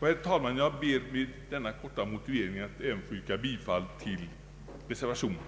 Herr talman! Jag ber med denna korta motivering att få yrka bifall även till reservation II.